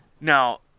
Now